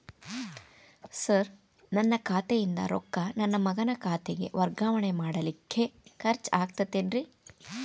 Sir ನನ್ನ ಖಾತೆಯಿಂದ ರೊಕ್ಕ ನನ್ನ ಮಗನ ಖಾತೆಗೆ ವರ್ಗಾವಣೆ ಮಾಡಲಿಕ್ಕೆ ಖರ್ಚ್ ಆಗುತ್ತೇನ್ರಿ?